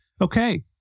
Okay